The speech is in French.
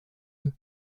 eux